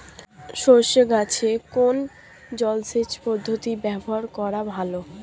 সরষে গাছে কোন জলসেচ পদ্ধতি ব্যবহার করা ভালো?